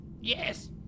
Yes